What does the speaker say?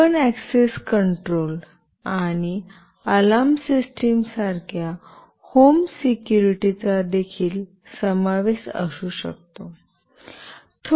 त्यात access control आणि alarm system सारख्या होम सिक्युरिटीचा देखील समावेश असू शकतो